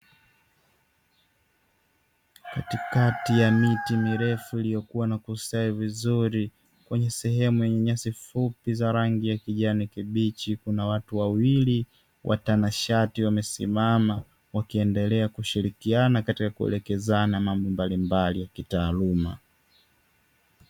Katikati ya miti mirefu iliyokuwa na kustawi vizuri, kwenye sehemu yenye nyasi fupi zenye rangi ya kijani kibichi; Watu wawili watanashati wamesimama wakiendelea kushirikiana katika kuelekezana mambo mbalimbali ya kitaaluma.